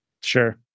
Sure